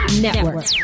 Network